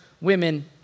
women